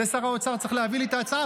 שר האוצר צריך להביא לי את ההצעה,